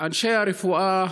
אנשי הרפואה,